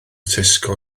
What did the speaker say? tesco